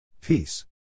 Peace